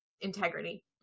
integrity